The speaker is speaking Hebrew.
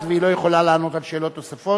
והיא לא יכולה לענות על שאלות נוספות.